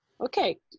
okay